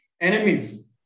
enemies